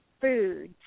foods